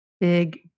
Big